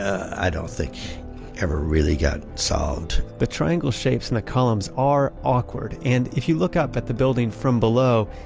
i don't think ever really got solved the triangle shapes in the columns are awkward. and if you look up at the building from below,